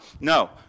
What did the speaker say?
No